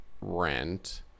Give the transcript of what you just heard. rent